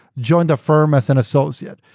joined the firm as an associate.